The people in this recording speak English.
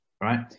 right